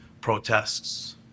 protests